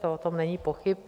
O tom není pochyb.